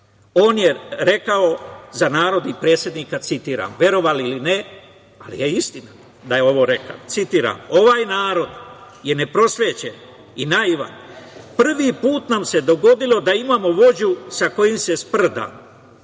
On je rekao za narod i predsednika, citiram, verovali ili ne, ali je istina da je rekao, citiram – ovaj narod je neprosvećen i naivan, prvi put nam se dogodilo da imamo vođu sa kojim se sprdam,